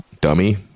dummy